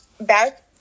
back